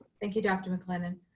thank you, dr. maclennan.